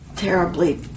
terribly